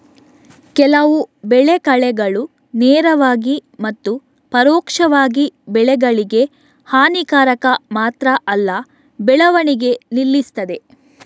ಕೆಲವು ಬೆಳೆ ಕಳೆಗಳು ನೇರವಾಗಿ ಮತ್ತು ಪರೋಕ್ಷವಾಗಿ ಬೆಳೆಗಳಿಗೆ ಹಾನಿಕಾರಕ ಮಾತ್ರ ಅಲ್ಲ ಬೆಳವಣಿಗೆ ನಿಲ್ಲಿಸ್ತದೆ